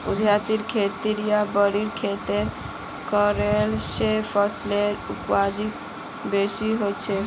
ऊर्ध्वाधर खेती या खड़ी खेती करले स फसलेर उपज बेसी हछेक